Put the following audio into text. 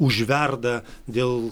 užverda dėl